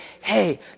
hey